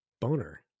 boner